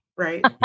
Right